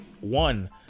one